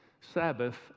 Sabbath